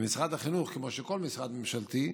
ומשרד החינוך, כמו כל משרד ממשלתי,